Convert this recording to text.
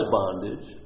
bondage